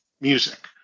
music